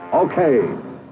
Okay